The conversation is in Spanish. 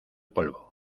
polvo